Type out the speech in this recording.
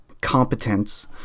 competence